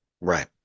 Right